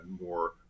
more